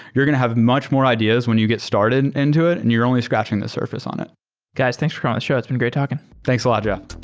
you're going to have much more ideas when you get started into it and you're only scratching the surface on it guys, thanks for coming on the show. it's been great talking. thanks a lot, jeff.